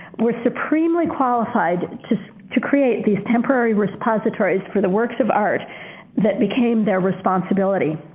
were supremely qualified to to create these temporary repositories for the works of art that became their responsibility.